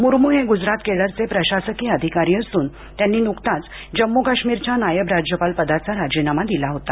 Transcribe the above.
मुर्मू हे गुजरात केडरचे प्रशासकीय अधिकारी असून त्यांनी नुकताच जम्मू काश्मीरच्या नायब राज्यपाल पदाचा राजीनामा दिला होता